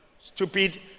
stupid